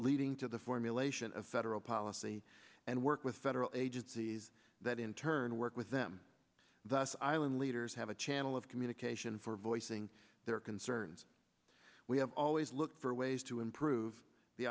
leading to the formulation of federal policy and work with federal agencies that in turn work with them thus island leaders have a channel of communication for voicing their concerns we have always looked for ways to improve the